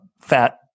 fat